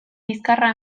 bizkarra